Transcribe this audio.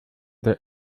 der